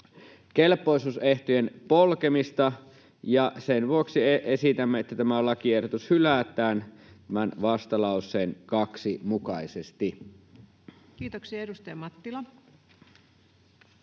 kelpoisuusehtojen polkemista, ja sen vuoksi esitämme, että tämä lakiehdotus hylätään vastalauseen 2 mukaisesti. [Speech 222] Speaker: